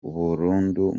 burundu